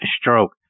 stroke